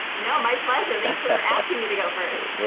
no, my pleasure, thanks for asking me to go first.